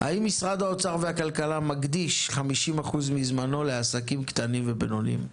האם משרדי האוצר והכלכלה מקדישים 50% מזמנם לעסקים קטנים ובינוניים?